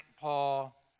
Paul